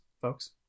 folks